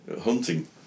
hunting